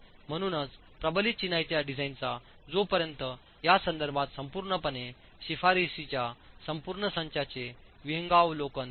म्हणूनच प्रबलित चिनाईच्या डिझाइनचा जोपर्यंत यासंदर्भात संपूर्णपणे शिफारसींच्या संपूर्ण संचाचे विहंगावलोकन मिळते